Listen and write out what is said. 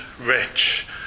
rich